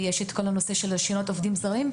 ויש את הנושא של רישיונות עובדים זרים,